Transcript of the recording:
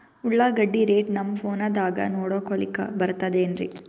ಉಳ್ಳಾಗಡ್ಡಿ ರೇಟ್ ನಮ್ ಫೋನದಾಗ ನೋಡಕೊಲಿಕ ಬರತದೆನ್ರಿ?